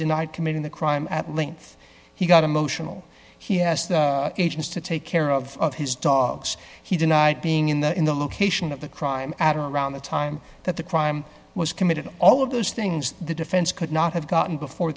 denied committing the crime at length he got emotional he has the agents to take care of his dogs he denied being in there in the location of the crime at around the time that the crime was committed all of those things the defense could not have gotten before